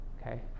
okay